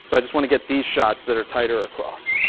so just want to get these shots that are tighter across.